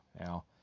now